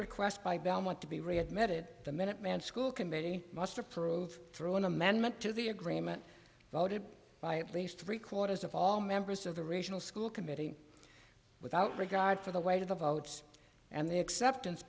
request by belmont to be readmitted the minuteman school committee must approve through an amendment to the agreement voted by least three quarters of all members of the regional school committee without regard for the weight of the votes and the acceptance